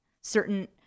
certain